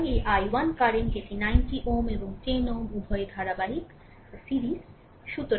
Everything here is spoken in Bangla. সুতরাং এই i 1 কারেন্ট এটি 90 Ω এবং 10 Ω উভয়ই সিরিজে